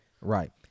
Right